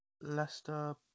Leicester